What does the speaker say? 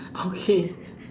okay